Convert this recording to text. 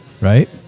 right